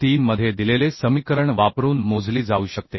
3 मध्ये दिलेले समीकरण वापरून मोजली जाऊ शकते